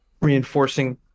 reinforcing